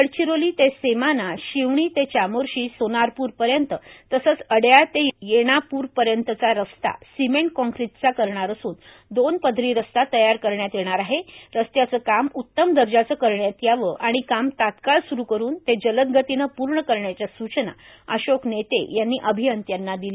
गडचिरोली ते सेमाना शिवणी ते चामोर्शी सोनाप्रपर्यंत तसेच अड्याळ ते येणापूरपर्यंतचा रस्ता सिमेंट कॉक्रीटचा करणार असून दोन पदरी रस्ता तयार करण्यात येणार आहे रस्त्याचे काम उत्तम दर्जाचे करण्यात यावे आणि काम तत्काळ सुरू करून ते जलदगतीने पूर्ण करण्याच्या सूचना अशोक नेते यांनी अभियंत्यांना दिल्या